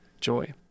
joy